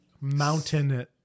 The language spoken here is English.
mountain